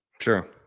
Sure